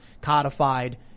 codified